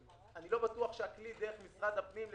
אני לא בטוח שהכלי דרך משרד הפנים ודרך